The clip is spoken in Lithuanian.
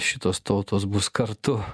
šitos tautos bus kartu